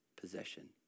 possession